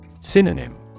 Synonym